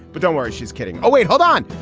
but don't worry, she's kidding. oh, wait, hold on.